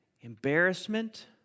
embarrassment